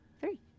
Three